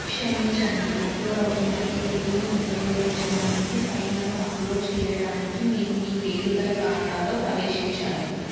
క్షమించండి అప్లోడ్ అవుతున్న ఈ లిపిని ఉపయోగించడానికి ఫైళ్ళను అప్లోడ్ చేయడానికి మీరు మీ పేరు గల ఖాతాతో ప్రవేశించాలి